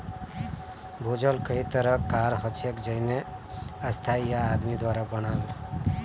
भूजल कई तरह कार हछेक जेन्ने स्थाई या आदमी द्वारा बनाल